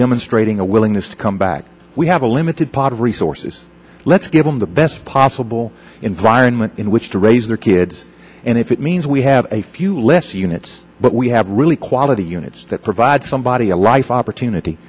demonstrating a willingness to come back we have a limited pot of resources let's give them the best possible environment in which to raise their kids and if it means we have a few less units but we have really quality units that provide somebody a life opportunity